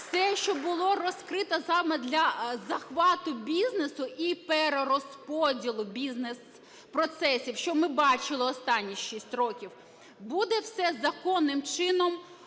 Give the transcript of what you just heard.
Все, що було розкрито саме для захвату бізнесу і перерозподілу бізнес-процесів, що ми бачили останні 6 років, буде все законним чином,